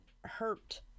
hurt